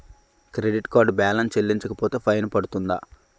Credit card balance చెల్లించకపోతే fine పడ్తుంద?